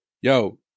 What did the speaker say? yo